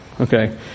Okay